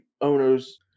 owners